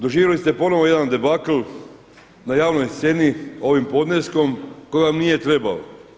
Doživjeli ste ponovo jedan debakl na javnoj sceni ovim podneskom koji vam nije trebao.